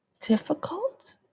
difficult